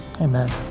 Amen